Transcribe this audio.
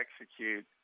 execute